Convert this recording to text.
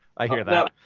i hear that.